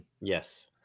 Yes